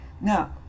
Now